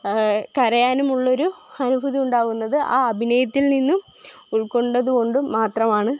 കരയാനുമുള്ളൊരു അനുഭൂതി ഉണ്ടാവുന്നത് ആ അഭിനയത്തിൽ നിന്നും ഉൾകൊണ്ടതു കൊണ്ടും മാത്രമാണ്